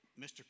Mr